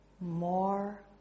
More